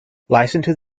licensed